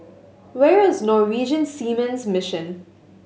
where is Norwegian Seamen's Mission